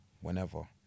whenever